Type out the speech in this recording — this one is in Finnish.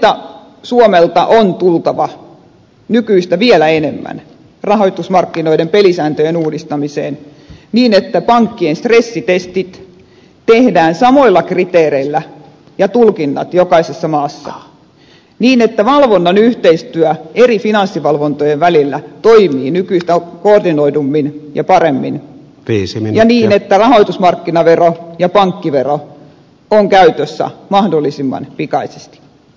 painetta suomelta on tultava nykyistä vielä enemmän rahoitusmarkkinoiden pelisääntöjen uudistamiseen niin että pankkien stressitestit ja tulkinnat niistä tehdään samoilla kriteereillä jokaisessa maassa niin että valvonnan yhteistyö eri finanssivalvontojen välillä toimii nykyistä koordinoidummin ja paremmin ja niin että rahoitusmarkkinavero ja pankkivero ovat käytössä mahdollisimman pikaisesti